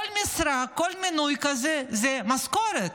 כל משרה, כל מינוי כזה, זו משכורת.